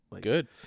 Good